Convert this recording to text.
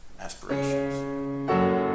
aspirations